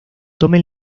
tome